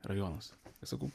rajonas sakau